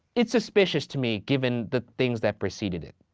it's suspicious to me, given the things that preceded it.